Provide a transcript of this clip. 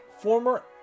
former